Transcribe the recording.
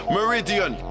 Meridian